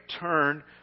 turn